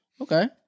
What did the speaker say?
Okay